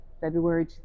february